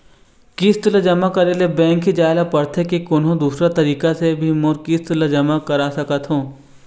किस्त ला जमा करे ले बैंक ही जाए ला पड़ते कि कोन्हो दूसरा तरीका से भी मोर किस्त ला जमा करा सकत हो?